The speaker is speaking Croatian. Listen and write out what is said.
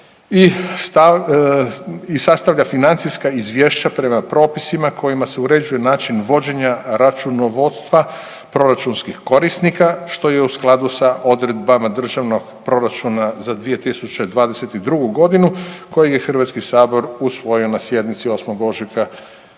i sastavlja financijska izvješća prema propisima kojima se uređuje način vođenja računovodstva proračunskih korisnika, što je u skladu sa odredbama državnog proračuna za 2022.g. koji je HS usvojio na sjednici 8. ožujka